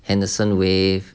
henderson way